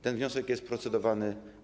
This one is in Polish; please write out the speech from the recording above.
Ten wniosek jest procedowany.